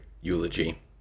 eulogy